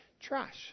trash